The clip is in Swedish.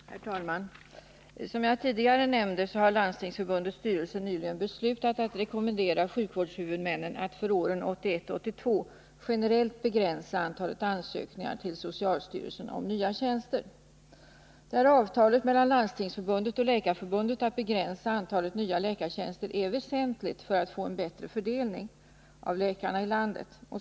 Herr talman! Som jag tidigare har nämnt har Landstingsförbundets styrelse nyligen beslutat att rekommendera sjukvårdshuvudmännen att för åren 1981 och 1982 generellt begränsa antalet ansökningar till socialstyrelsen om nya tjänster. Avtalet mellan Landstingsförbundet och Läkarförbundet att begränsa 29 antalet nya läkartjänster är väsentligt för att få en bättre fördelning av läkarna i landet.